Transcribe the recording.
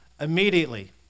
immediately